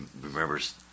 remembers